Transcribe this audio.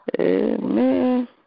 Amen